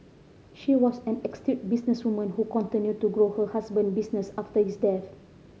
she was an businesswoman who continued to grow her husband business after his death